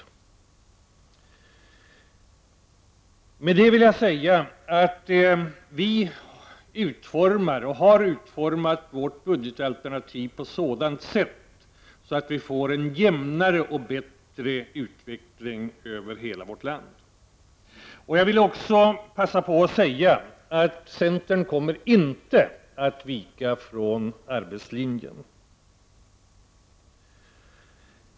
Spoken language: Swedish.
Med det vill jag säga att vi i centerpartiet har utformat och utformar vårt budgetalternativ på ett sådant sätt att utvecklingen blir jämnare och bättre över hela landet. Jag vill också passa på att säga att centern inte kommer att vika från arbetslinjen.